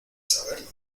saberlo